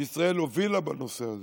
שישראל הובילה בנושא הזה.